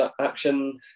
action